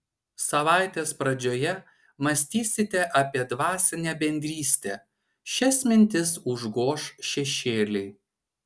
savaitės pradžioje mąstysite apie dvasinę bendrystę šias mintis užgoš šešėliai